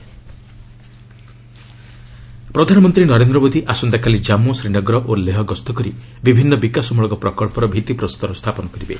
PM J and K ପ୍ରଧାନମନ୍ତ୍ରୀ ନରେନ୍ଦ୍ର ମୋଦି ଆସନ୍ତାକାଲି ଜାମ୍ମୁ ଶ୍ରୀନଗର ଓ ଲେହ ଗସ୍ତ କରି ବିଭିନ୍ନ ବିକାଶମୂଳକ ପ୍ରକଞ୍ଚର ଭିଭିପ୍ରସ୍ତର ସ୍ଥାପନ କରିବେ